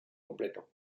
completo